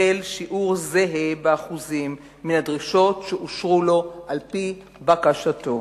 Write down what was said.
קיבל שיעור זהה באחוזים מן הדרישות שאושרו לו על-פי בקשתו.